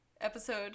episode